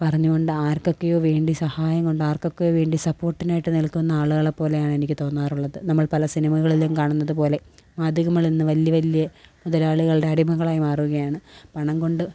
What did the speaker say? പറഞ്ഞുകൊണ്ട് ആര്ക്കൊക്കെയോ വേണ്ടി സഹായം കൊണ്ട് ആര്ക്കൊക്കെയോ വേണ്ടി സപ്പോർട്ടിനായിട്ട് നില്ക്കുന്ന ആളുകളെ പോലെയാണ് എനിക്ക് തോന്നാറുള്ളത് നമ്മള് പല സിനിമകളിലും കാണുന്നതുപോലെ മാധ്യമങ്ങളിന്നു വലിയ വലിയ മുതലാളികളുടെ അടിമകളായി മാറുകയാണ് പണം കൊണ്ട്